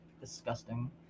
disgusting